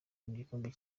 mugikombe